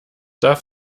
darf